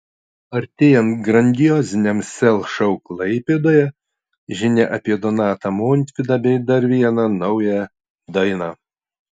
artėjant grandioziniam sel šou klaipėdoje žinia apie donatą montvydą bei dar vieną naują dainą